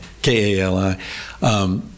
K-A-L-I